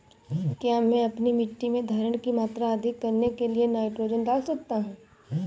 क्या मैं अपनी मिट्टी में धारण की मात्रा अधिक करने के लिए नाइट्रोजन डाल सकता हूँ?